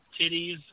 titties